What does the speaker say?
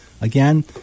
Again